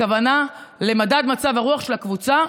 הכוונה למדד מצב הרוח של הקבוצה,